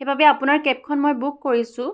সেইবাবে আপোনাৰ কেবখন মই বুক কৰিছোঁ